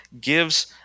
gives